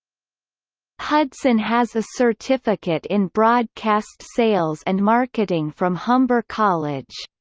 hudson has a certificate in broadcast sales and marketing from humber college.